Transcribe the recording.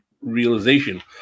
realization